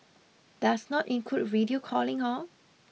does not include video calling hor